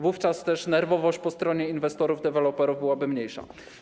Wówczas też nerwowość po stronie inwestorów, deweloperów byłaby mniejsza.